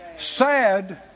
Sad